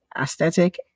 aesthetic